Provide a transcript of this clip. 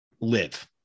live